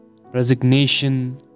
resignation